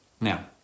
Now